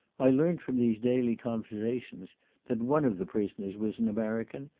i learnt from these daily conversations that one of the prisoners was an american,